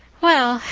well,